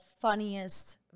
funniest